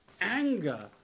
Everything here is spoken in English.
anger